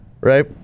right